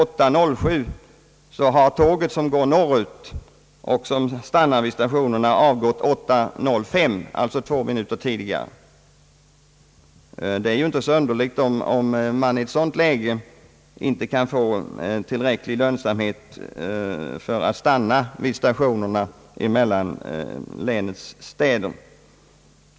8.07, har tåget som går norrut och som stannar vid mellanstationerna avgått 8.05, alltså två minuter tidigare. Det är inte så underligt, om det i ett sådant läge inte lönar sig att låta tågen stanna vid stationerna mellan länets städer.